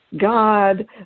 God